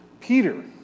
Peter